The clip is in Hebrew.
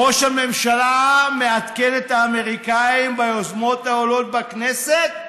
ראש הממשלה מעדכן את האמריקנים ביוזמות העולות בכנסת?